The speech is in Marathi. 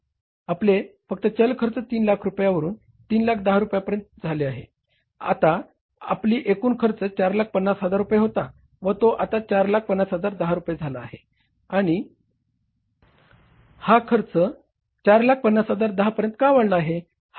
आपले फक्त चल खर्च 3 लाख रुपयांवरून 3 लाख 10 रुपयांपर्यंत बदलला आहे आणि आपला एकूण खर्च 450000 रुपये होता व तो आता 450010 रुपये झाला आहे आणि हा खर्च 450010 पर्यंत का वाढला आहे